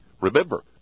remember